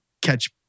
catch